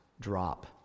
drop